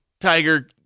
tiger